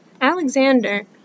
Alexander